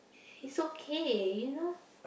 it's okay you know